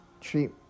treat